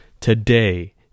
today